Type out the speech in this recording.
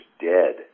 dead